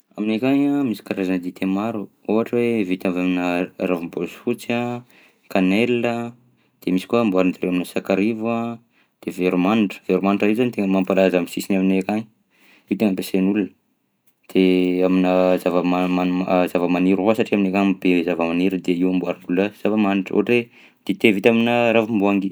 Aminay akagny misy karazana dite maro, ohatra hoe vita aminà r- ravimboafotsy, cannelle a, de misy koa amboaran-jareo aminà sakarivo a, de veromanitra, veromanitra reny zany tegna ny mampalaza am'sisiny aminay akagny, io tegna ampiasain'olona. De aminà zava-mamanim- zava-maniry io satria aminay akagny be zava-maniry de io amboarin'olona zava-manitra ohatra hoe dite vita aminà ravim-boangy.